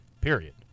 period